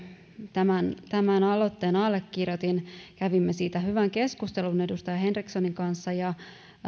tämän tämän aloitteen allekirjoitin kävimme siitä hyvän keskustelun edustaja henrikssonin kanssa ja